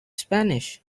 spanish